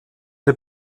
der